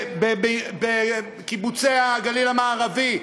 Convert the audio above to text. ובקיבוצי הגליל המערבי,